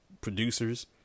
producers